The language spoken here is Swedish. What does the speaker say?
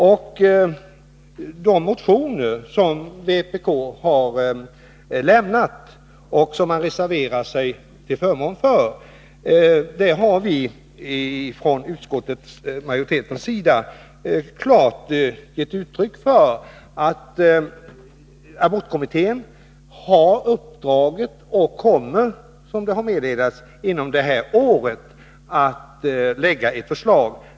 När det gäller de motioner som vpk har väckt och som man nu reserverar sig till förmån för vill jag framhålla att vi inom utskottsmajoriteten klart har givit uttryck för att abortkommittén har uppdraget. Den kommer, som det har meddelats, att före detta års slut framlägga ett förslag.